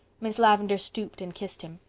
miss lavendar stooped and kissed him.